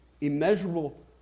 immeasurable